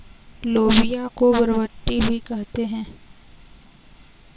लोबिया को बरबट्टी भी कहते हैं